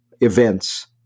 events